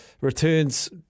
returns